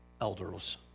Elders